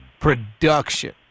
Production